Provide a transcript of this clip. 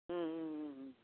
ಹ್ಞೂ ಹ್ಞೂ ಹ್ಞೂ ಹ್ಞೂ